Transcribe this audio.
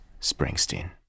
Springsteen